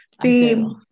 see